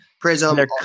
Prism